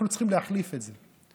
אנחנו צריכים להחליף את זה,